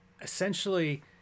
essentially